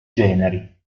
generi